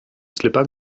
slipper